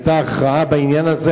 היתה הכרעה בעניין הזה,